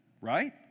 Right